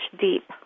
deep